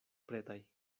pretaj